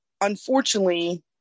unfortunately